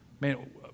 Man